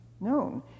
known